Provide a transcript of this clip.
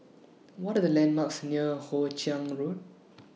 What Are The landmarks near Hoe Chiang Road